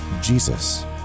Jesus